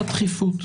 הדחיפות.